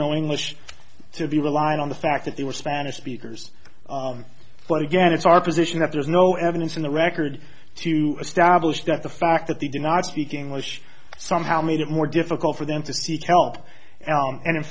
english to be relying on the fact that they were spanish speakers but again it's our position that there is no evidence in the record to establish that the fact that they did not speak english somehow made it more difficult for them to seek help and in